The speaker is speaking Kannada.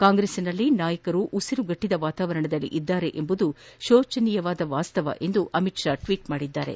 ಕಾಂಗ್ರೆಸ್ನಲ್ಲಿ ನಾಯಕರು ಉಸಿರುಗಟ್ಟದ ವಾತಾವರಣದಲ್ಲಿದ್ದಾರೆ ಎಂಬುದು ಶೋಚನೀಯವಾದ ವಾಸ್ತವ ಎಂದು ಅಮಿತ್ ಶಾ ಟ್ವೀಟ್ ಮಾಡಿದ್ಲಾರೆ